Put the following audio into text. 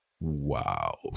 Wow